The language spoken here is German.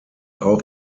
auch